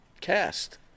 cast